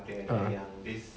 mm